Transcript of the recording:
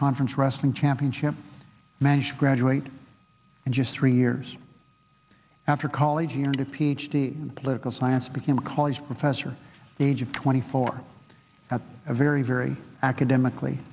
conference wrestling championship managed graduate and just three years after college and a ph d in political science became a college professor the age of twenty four at a very very academically